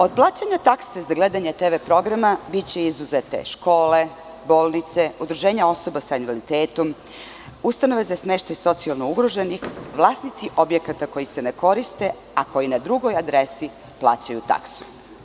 Od plaćanja takse za gledanje TV programa biće izuzete škole, bolnice, udruženja osoba sa invaliditetom, ustanove za smeštaj socijalno ugroženih, vlasnici objekata koji se ne koriste, a koji na drugoj adresi plaćaju taksu.